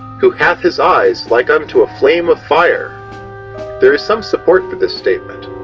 who hath his eyes like unto a flame of fire there is some support for this statement,